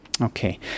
okay